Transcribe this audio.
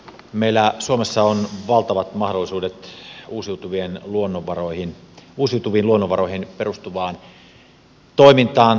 meillä suomessa on valtavat mahdollisuudet uusiutuviin luonnonvaroihin perustuvaan toimintaan talouteen